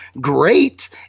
great